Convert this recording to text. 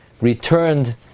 returned